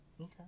Okay